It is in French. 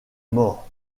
mort